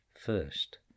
first